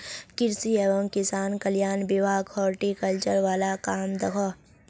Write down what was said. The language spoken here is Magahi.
कृषि एवं किसान कल्याण विभाग हॉर्टिकल्चर वाल काम दखोह